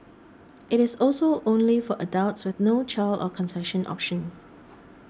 it is also only for adults with no child or concession option